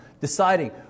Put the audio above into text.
Deciding